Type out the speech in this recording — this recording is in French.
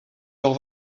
leurs